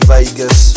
Vegas